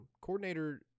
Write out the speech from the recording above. coordinator